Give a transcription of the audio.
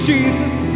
Jesus